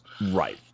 Right